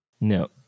No